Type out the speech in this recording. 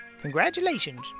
congratulations